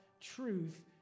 truth